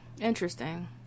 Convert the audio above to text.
Interesting